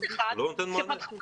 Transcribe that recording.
נותן מענה.